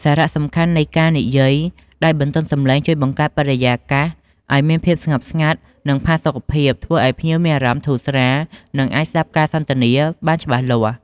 សារៈសំខាន់នៃការនិយាយដោយបន្ទន់សំឡេងជួយបង្កើតបរិយាកាសឲ្យមានភាពស្ងប់ស្ងាត់ និងផាសុកភាព ធ្វើឲ្យភ្ញៀវមានអារម្មណ៍ធូរស្រាល និងអាចស្តាប់ការសន្ទនាបានច្បាស់លាស់។